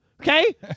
Okay